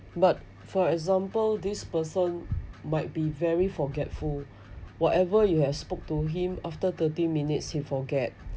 but for example this person might be very forgetful whatever you have spoke to him after thirty minutes he forget